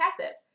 passive